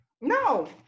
No